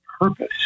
purpose